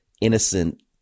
innocent